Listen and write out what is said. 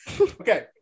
Okay